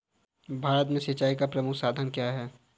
भारत में सिंचाई का प्रमुख साधन क्या है?